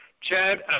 Chad